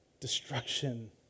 Destruction